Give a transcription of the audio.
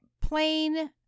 plain